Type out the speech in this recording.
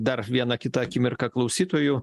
dar viena kita akimirka klausytojų